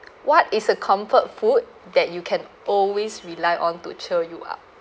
what is a comfort food that you can always rely on to cheer you up